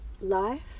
life